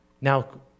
Now